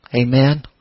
Amen